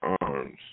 arms